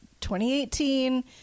2018